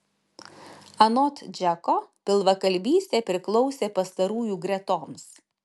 anot džeko pilvakalbystė priklausė pastarųjų gretoms